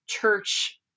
church